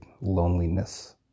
loneliness